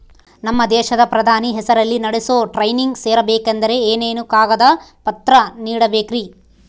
ನಮ್ಮ ದೇಶದ ಪ್ರಧಾನಿ ಹೆಸರಲ್ಲಿ ನಡೆಸೋ ಟ್ರೈನಿಂಗ್ ಸೇರಬೇಕಂದರೆ ಏನೇನು ಕಾಗದ ಪತ್ರ ನೇಡಬೇಕ್ರಿ?